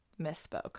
Misspoke